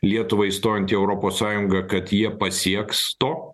lietuvai įstojant į europos sąjungą kad jie pasieks to